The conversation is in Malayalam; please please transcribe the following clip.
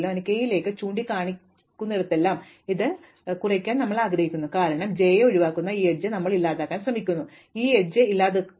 അതിനാൽ k ലേക്ക് ചൂണ്ടിക്കാണിക്കുന്നിടത്തെല്ലാം ഇത് കുറയ്ക്കാൻ ഞങ്ങൾ ആഗ്രഹിക്കുന്നു കാരണം j നെ ഒഴിവാക്കുന്ന ഈ എഡ്ജ് ഞങ്ങൾ ഇല്ലാതാക്കാൻ പോകുന്നു ഞങ്ങൾ ഈ എഡ്ജ് ഇല്ലാതാക്കുന്നു